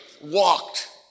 walked